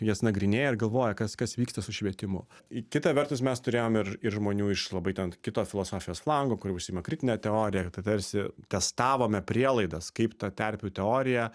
jas nagrinėja ir galvoja kas kas vyksta su švietimu kita vertus mes turėjom ir ir žmonių iš labai ten kito filosofijos lango kurie užsiima kritine teorija tarsi testavome prielaidas kaip ta terpių teorija